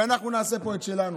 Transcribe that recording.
ואנחנו נעשה פה את שלנו.